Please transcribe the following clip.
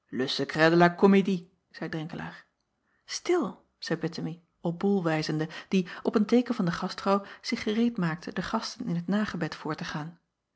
comédie zeî renkelaer til zeî ettemie op ol wijzende die op een teeken van de gastvrouw zich gereedmaakte de gasten in het nagebed voor te gaan